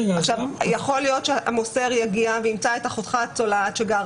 יכול להיות שהמוסר יגיע וימצא את אחותך שגרה